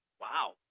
Wow